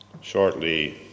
Shortly